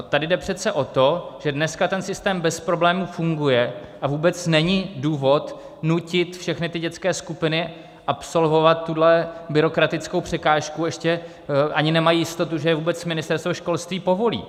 Tady jde přece o to, že dneska ten systém bez problémů funguje a vůbec není důvod nutit všechny dětské skupiny absolvovat tuhle byrokratickou překážku ještě ani nemají jistotu, že je vůbec Ministerstvo školství povolí.